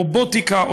רובוטיקה,